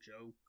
joke